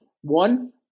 One